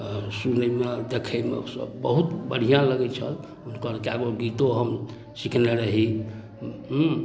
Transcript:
सुनैमे देखैमे सब बहुत बढ़िआँ लगै छल हुनकर कएगो गीतो हम सिखने रही हुँ